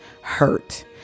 hurt